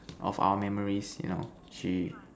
of our memories you know she